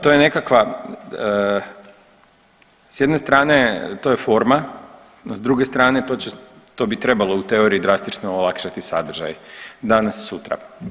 To je nekakva, s jedne strane to je forma, no s druge strane to bi trebalo u teoriji drastično olakšati sadržaj danas sutra.